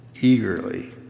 eagerly